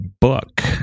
book